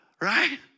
Right